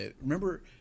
Remember